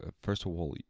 ah first of all,